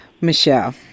Michelle